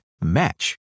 match